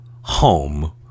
home